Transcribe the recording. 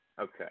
Okay